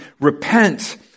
repent